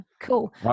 cool